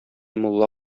мулла